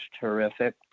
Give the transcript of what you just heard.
terrific